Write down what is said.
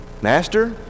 Master